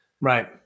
Right